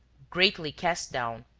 greatly cast down,